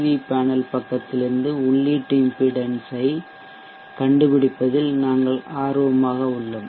we panel பக்கத்திலிருந்து உள்ளீட்டு impedance ஐ மின்மறுப்பை கண்டுபிடிப்பதில் நாங்கள் ஆர்வமாக உள்ளோம்